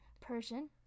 persian